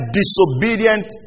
disobedient